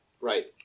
Right